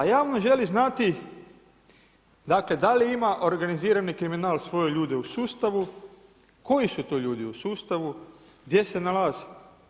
A javnost želi znati dakle da li ima organizirani kriminal svoje ljude u sustavu, koji su to ljudi u sustavu gdje se nalaze.